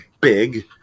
big